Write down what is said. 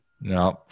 No